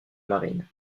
marine